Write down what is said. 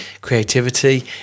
creativity